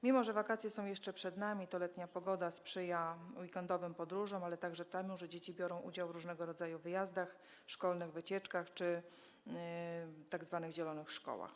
Mimo że wakacje są jeszcze przed nami, to letnia pogoda sprzyja weekendowym podróżom, ale także temu, że dzieci biorą udział w różnego rodzaju wyjazdach, szkolnych wycieczkach czy tzw. zielonych szkołach.